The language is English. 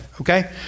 Okay